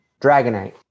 Dragonite